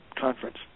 conference